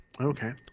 Okay